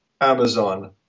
Amazon